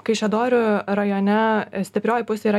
kaišiadorių rajone stiprioji pusė yra